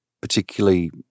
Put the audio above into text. particularly